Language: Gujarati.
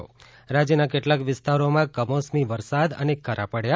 ઃ રાજ્યના કેટલાક વિસ્તારોમાં કમોસમી વરસાદ અને કરા પડ્યા